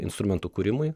instrumentų kūrimui